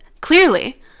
clearly